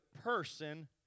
person